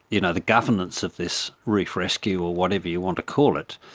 you know the governance of this reef rescue, or whatever you want to call it,